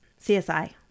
CSI